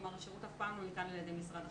כלומר, השירות אף פעם לא ניתן על ידי משרד החינוך.